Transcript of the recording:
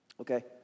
Okay